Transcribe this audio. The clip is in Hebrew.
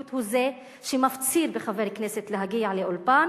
הוא זה שמפציר בחבר כנסת להגיע לאולפן,